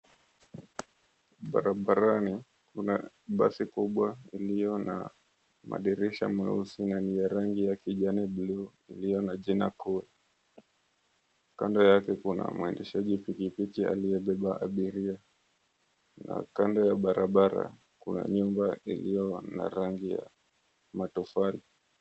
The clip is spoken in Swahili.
Barabarani kuna basi kubwa ilio na madirisha meusi na ni ya rangi ya kijani buluu ilio na jina COOL. Kando yake kuna mwendeshaji pikipiki aliyebeba abiria na kando ya barabara kuna nyumba ilio na rangi ya matofali.